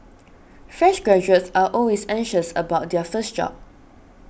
fresh graduates are always anxious about their first job